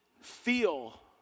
feel